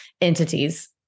entities